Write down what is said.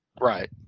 Right